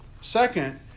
Second